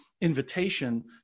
invitation